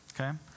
Okay